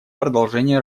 продолжения